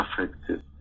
affected